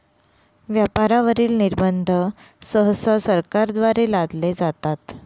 व्यापारावरील निर्बंध सहसा सरकारद्वारे लादले जातात